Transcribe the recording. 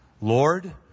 Lord